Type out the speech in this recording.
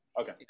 Okay